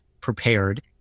prepared